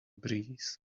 breeze